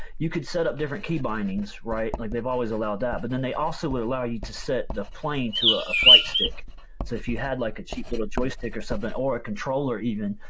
you could set up different keybindings, right? like they've always allowed that. but then they also would allow you to set the plane to ah a flight stick. so if you had like a cheap little joystick or something, or a controller even,